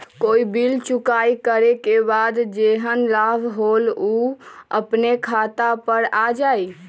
कोई बिल चुकाई करे के बाद जेहन लाभ होल उ अपने खाता पर आ जाई?